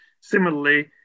similarly